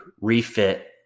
refit